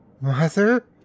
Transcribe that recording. Mother